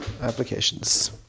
applications